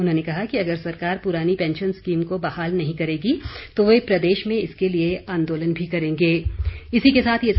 उन्होंने कहा कि अगर सरकार पुरानी पैंशन स्कीम को बहाल नहीं करेगी तो वे प्रदेश में इसके लिए आंदोलन भी करेंगे